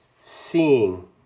seeing